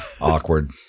awkward